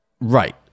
Right